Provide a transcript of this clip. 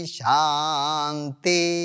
Shanti